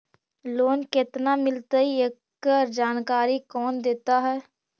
Loan केत्ना मिलतई एकड़ जानकारी कौन देता है?